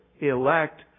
elect